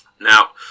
Now